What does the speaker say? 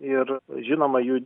ir žinoma jų